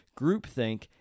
groupthink